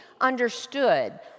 understood